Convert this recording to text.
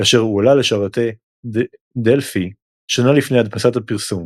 כאשר הועלה לשרתי Delphi שנה לפני הדפסת הפרסום.